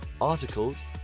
articles